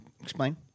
explain